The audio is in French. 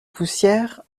poussière